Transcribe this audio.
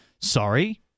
sorry